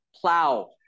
plow